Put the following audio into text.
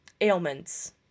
ailments